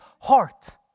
heart